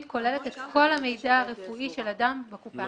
כוללת את כל המידע הרפואי של אדם בקופה,